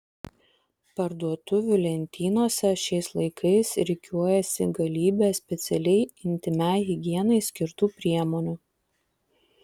parduotuvių lentynose šiais laikais rikiuojasi galybė specialiai intymiai higienai skirtų priemonių